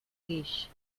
guix